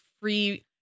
free